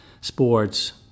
sports